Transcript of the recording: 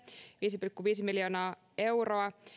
viisi pilkku viisi miljoonaa euroa